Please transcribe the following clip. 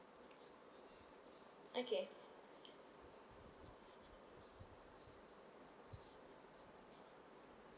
okay